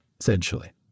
essentially